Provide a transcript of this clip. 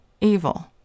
evil